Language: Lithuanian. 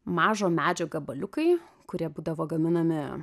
mažo medžio gabaliukai kurie būdavo gaminami